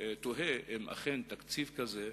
אני תוהה אם אכן תקציב כזה,